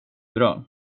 bra